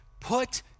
put